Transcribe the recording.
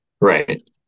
Right